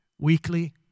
Weekly